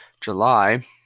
July